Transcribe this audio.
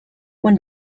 when